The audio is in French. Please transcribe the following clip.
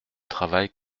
travaille